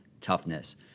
toughness